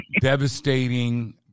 devastating